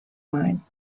mine